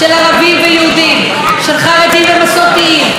חרדים ומסורתיים,